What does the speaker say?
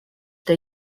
что